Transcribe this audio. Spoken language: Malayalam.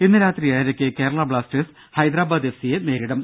ഇന്ന് രാത്രി ഏഴരക്ക് കേരള ബ്ലാസ്റ്റേഴ്സ് ഹൈദരാബാദ് എഫ് സിയെ നേരിടും